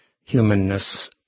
humanness